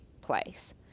place